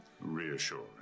Reassuring